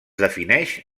defineix